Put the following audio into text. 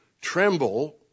tremble